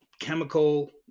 chemical